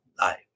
life